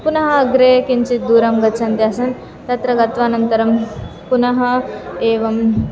पुनः अग्रे किञ्चित् दूरं गच्छन्त्यासं तत्र गत्वा अनन्तरं पुनः एवम्